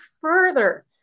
further